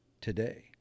today